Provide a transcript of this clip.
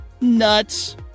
Nuts